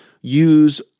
use